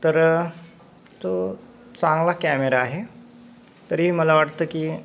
तर तो चांगला कॅमेरा आहे तरी मला वाटतं की